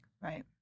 Right